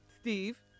Steve